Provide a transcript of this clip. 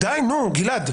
די, גלעד.